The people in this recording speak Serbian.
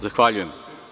Zahvaljujem.